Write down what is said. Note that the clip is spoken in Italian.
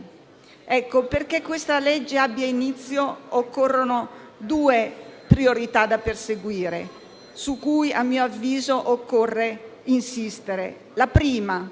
noi". Perché questa legge abbia inizio occorrono due priorità da perseguire, su cui, a mio avviso, occorre insistere. La prima